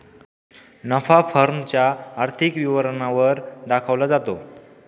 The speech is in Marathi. नफा फर्म च्या आर्थिक विवरणा वर दाखवला जातो